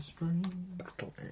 Battle